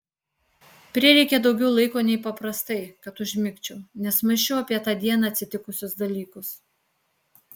prireikė daugiau laiko nei paprastai kad užmigčiau nes mąsčiau apie tą dieną atsitikusius dalykus